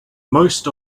most